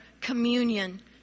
communion